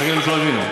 החברים מתלוננים.